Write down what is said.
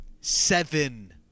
seven